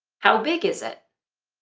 how big is it?